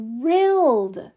thrilled